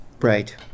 Right